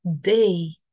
day